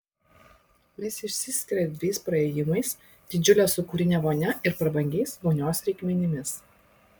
jis išsiskiria erdviais praėjimais didžiule sūkurine vonia ir prabangiais vonios reikmenimis